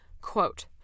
quote